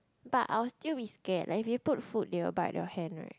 but I will be scared like if you put food they will bite your hand right